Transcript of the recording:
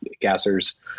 gassers